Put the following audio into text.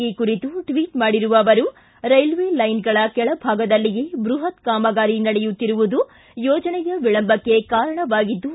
ಈ ಕುರಿತು ಟ್ವಿಚ್ ಮಾಡಿರುವ ಅವರು ರೈಲ್ವೆ ಲೈನ್ಗಳ ಕೆಳಭಾಗದಲ್ಲಿಯೇ ಬೃಹತ್ ಕಾಮಗಾರಿ ನಡೆಯುತ್ತಿರುವುದು ಯೋಜನೆಯ ವಿಳಂಬಕ್ಕೆ ಕಾರಣವಾಗಿದ್ದು